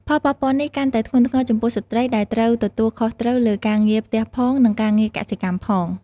ផលប៉ះពាល់នេះកាន់តែធ្ងន់ធ្ងរចំពោះស្ត្រីដែលត្រូវទទួលខុសត្រូវលើការងារផ្ទះផង និងការងារកសិកម្មផង។